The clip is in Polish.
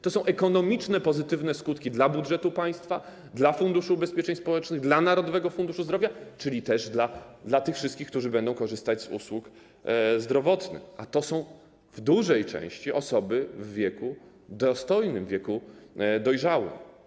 To są ekonomiczne, pozytywne skutki dla budżetu państwa, dla Funduszu Ubezpieczeń Społecznych, dla Narodowego Funduszu Zdrowia, czyli też dla tych wszystkich, którzy będą korzystać z usług zdrowotnych, a to są w dużej części osoby w wieku dostojnym, w wieku dojrzałym.